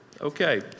Okay